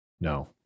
No